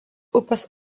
upės